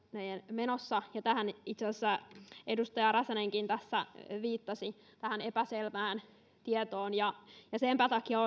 menossa ja tähän itse asiassa edustaja räsänenkin tässä viittasi tähän epäselvään tietoon senpä takia